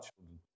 children